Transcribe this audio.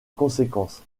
conséquence